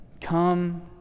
Come